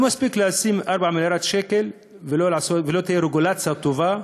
לא מספיק לשים 4 מיליארד שקל כשלא תהיה רגולציה טובה